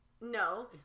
No